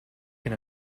can